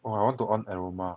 !wah! I want to on aroma